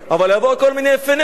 אבל יבואו כל מיני יפי נפש,